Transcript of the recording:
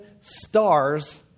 stars